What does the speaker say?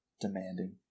demanding